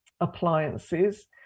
appliances